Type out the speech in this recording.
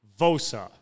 Vosa